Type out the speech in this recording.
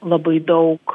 labai daug